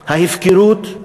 ההפקרות?